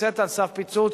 שנמצאת על סף פיצוץ,